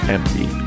Empty